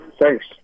Thanks